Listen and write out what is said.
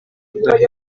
umwuzukuru